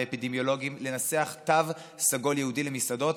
ואפידמיולוגים לנסח תו סגול ייעודי למסעדות,